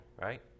right